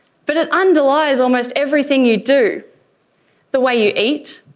but it underlies almost everything you do the way you eat,